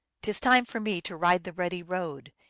t is time for me to ride the ruddy road,